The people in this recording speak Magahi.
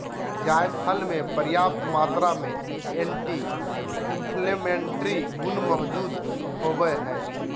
जायफल मे प्रयाप्त मात्रा में एंटी इंफ्लेमेट्री गुण मौजूद होवई हई